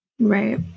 Right